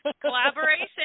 Collaboration